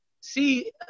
see